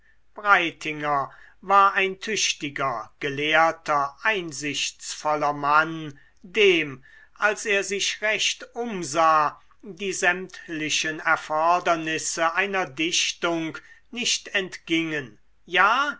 breitinger war ein tüchtiger gelehrter einsichtsvoller mann dem als er sich recht umsah die sämtlichen erfordernisse einer dichtung nicht entgingen ja